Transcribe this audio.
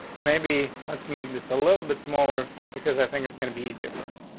maybe let's make this a little bit smaller because i think it's gonna be easier for us.